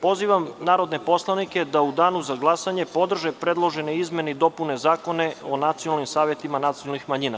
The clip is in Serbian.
Pozivam narodne poslanike da u Danu za glasanje podrže predložene izmene i dopune Zakona o nacionalnim savetima nacionalnih manjina.